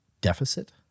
deficit